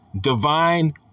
divine